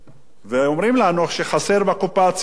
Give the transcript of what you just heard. ואומרים לנו שחסר בקופה הציבורית,